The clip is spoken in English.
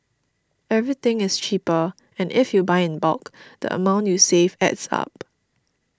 everything is cheaper and if you buy in bulk the amount you save adds up